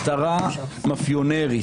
מטרה מפיונרית,